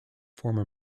former